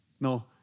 No